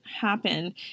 happen